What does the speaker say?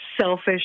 selfish